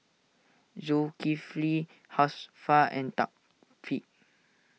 Zulkifli Hafsa and Thaqif